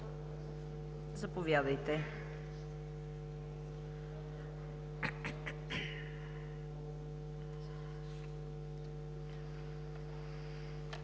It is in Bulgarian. Заповядайте.